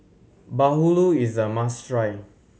Bahulu is a must try